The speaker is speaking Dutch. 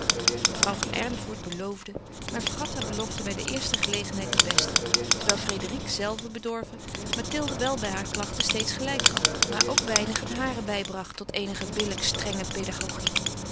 mevrouw van erlevoort beloofde maar vergat haar belofte bij de eerste gelegenheid de beste terwijl frédérique zelve bedorven mathilde wel bij haar klachten steeds gelijk gaf maar ook weinig het hare bijbracht tot eenige billijk strenge pedagogie